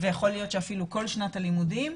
ויכול להיות שאפילו כל שנת הלימודים.